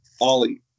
ollie